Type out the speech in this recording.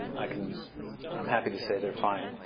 like and i'm happy to say they're fine.